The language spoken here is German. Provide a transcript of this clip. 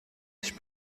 ich